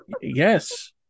Yes